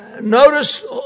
Notice